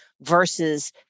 versus